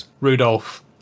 Rudolph